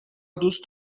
دوست